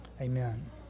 Amen